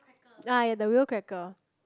ah the whale cracker